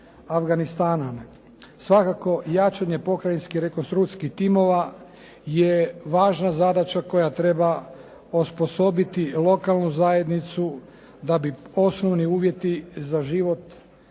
Afganistana. Svakako, jačanje pokrajinske rekonstrukcijskih timova je važna zadaća koja treba osposobiti lokalnu zajednicu da bi osnovni uvjeti za život